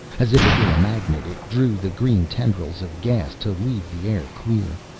as if it were a magnet it drew the green tendrils of gas, to leave the air clear.